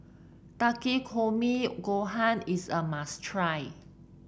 Takikomi Gohan is a must try